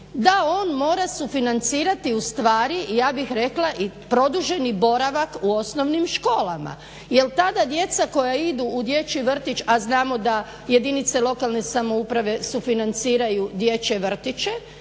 da on mora sufinancirati ustvari i ja bih rekla i produženi boravak u osnovnim školama. Jel tada djeca koja idu u dječji vrtić, a znamo da jedinice lokalne samouprave sufinanciraju dječje vrtiće,